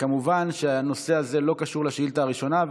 כמובן שהנושא הזה לא קשור לשאילתה הראשונה,